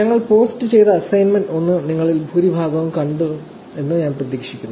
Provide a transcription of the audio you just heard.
ഞങ്ങൾ പോസ്റ്റ് ചെയ്ത അസൈൻമെന്റ് 1 നിങ്ങളിൽ ഭൂരിഭാഗവും കണ്ടുവെന്ന് ഞാൻ പ്രതീക്ഷിക്കുന്നു